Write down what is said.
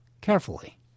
carefully